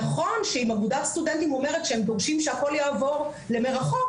נכון שאם אגודת סטודנטים אומרת שהם דורשים שהכול יעבור למרחוק,